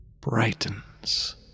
brightens